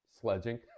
Sledging